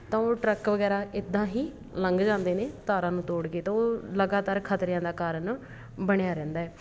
ਤਾਂ ਉਹ ਟਰੱਕ ਵਗੈਰਾ ਇੱਦਾਂ ਹੀ ਲੰਘ ਜਾਂਦੇ ਨੇ ਤਾਰਾਂ ਨੂੰ ਤੋੜ ਕੇ ਤਾਂ ਉਹ ਲਗਾਤਾਰ ਖਤਰਿਆਂ ਦਾ ਕਾਰਨ ਬਣਿਆ ਰਹਿੰਦਾ ਹੈ